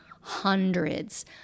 hundreds